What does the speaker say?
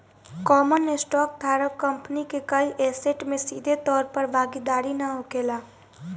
common stock धारक company के कोई ऐसेट में सीधे तौर पर भागीदार ना होखेला